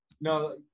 No